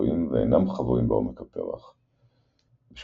גלויים ואינם חבויים בעומק הפרח – משפחות